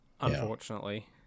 unfortunately